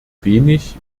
wenig